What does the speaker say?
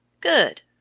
good.